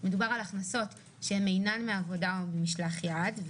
מדובר על הכנסות שאינן מעבודה או משלח יד.